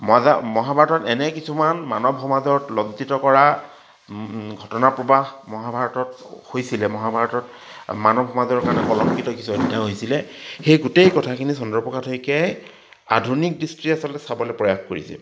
মজা মহাভাৰতত এনে কিছুমান মানৱ সমাজত লজ্জিত কৰা ঘটনাপ্ৰবাহ মহাভাৰতত হৈছিলে মহাভাৰতত মানৱ সমাজৰ কাৰণে কলংকিত কিছু অধ্যায় হৈছিলে সেই গোটেই কথাখিনি চন্দ্ৰপ্ৰসাদ শইকীয়াই আধুনিক দৃষ্টিৰে আচলতে চাবলৈ প্ৰয়াস কৰিছে